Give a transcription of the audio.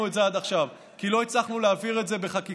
את זה עד עכשיו כי לא הצלחנו להעביר את זה בחקיקה.